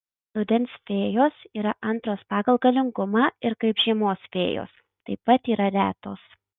rudens fėjos yra antros pagal galingumą ir kaip žiemos fėjos taip pat yra retos